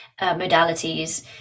modalities